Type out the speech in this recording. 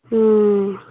ꯎꯝ